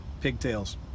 Pigtails